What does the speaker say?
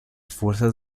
fuerzas